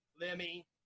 lemmy